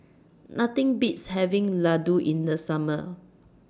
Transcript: Nothing Beats having Ladoo in The Summer